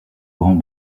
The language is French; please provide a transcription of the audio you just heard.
grands